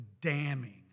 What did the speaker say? damning